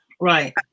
right